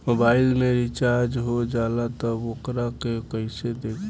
Mobile में recharge हो जाला त वोकरा के कइसे देखी?